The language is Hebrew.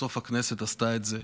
בסוף הכנסת עשתה את זה.